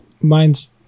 mine's